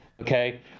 okay